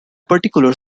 particular